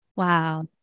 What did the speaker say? Wow